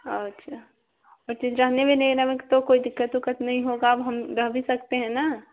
अच्छा तो जाने में नहीं है ना कोई दिक्कत उकक्त नहीं होगा अब हम रह भी सकते हैं ना